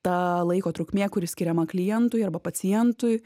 ta laiko trukmė kuri skiriama klientui arba pacientui